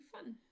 fun